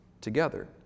together